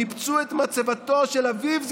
ניפצו את מצבתו של אביו,